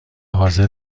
حاضر